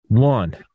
one